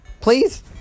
Please